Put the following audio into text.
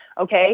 Okay